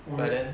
but then